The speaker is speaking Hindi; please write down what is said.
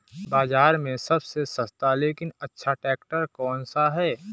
बाज़ार में सबसे सस्ता लेकिन अच्छा ट्रैक्टर कौनसा है?